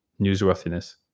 newsworthiness